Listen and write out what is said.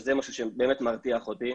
שזה משהו שבאמת מרתיח אותי,